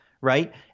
right